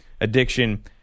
addiction